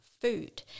food